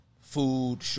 food